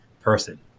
person